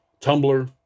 Tumblr